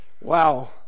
Wow